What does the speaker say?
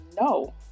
no